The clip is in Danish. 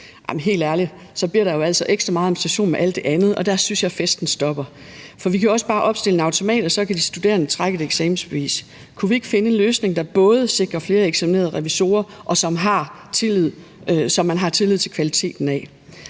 helt ærligt, så bliver der jo altså ekstra meget administration med alt det andet, og der synes jeg, festen stopper. Vi kan jo også bare opstille en automat, og så kan de studerende trække et eksamensbevis. Kunne vi ikke finde en løsning, der sikrer flere eksaminerede revisorer, som man også har tillid til kvaliteten af?